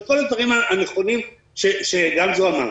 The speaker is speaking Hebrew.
וכל הדברים הנכונים שגמזו אמר,